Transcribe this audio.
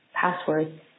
password